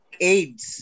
AIDS